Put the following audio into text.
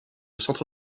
centre